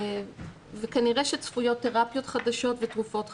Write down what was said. וכנראה שצפויות תרפיות חדשות ותרופות חדשות.